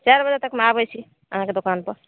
चारि बजे तकमे आबै छी अहाँके दोकानपर